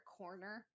corner